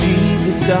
Jesus